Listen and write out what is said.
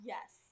Yes